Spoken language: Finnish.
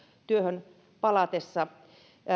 työhön palatessa